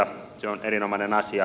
se on erinomainen asia